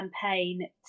campaign